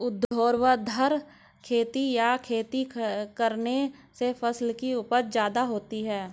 ऊर्ध्वाधर खेती या खड़ी खेती करने से फसल की उपज ज्यादा होती है